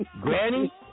Granny